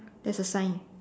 there's a sign